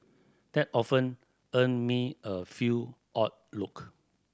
that often earn me a few odd look